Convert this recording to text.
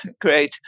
great